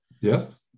Yes